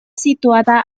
situada